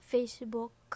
Facebook